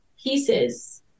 pieces